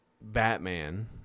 Batman